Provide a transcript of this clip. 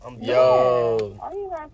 Yo